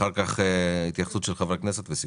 אחר כך התייחסות של חברי הכנסת וסיכום.